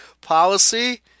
policy